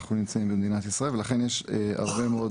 כשאנחנו נמצאים במדינת ישראל, ולכן יש הרבה מאוד